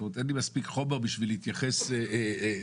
אין לי מספיק חומר כדי להתייחס לפרטי